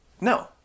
No